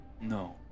No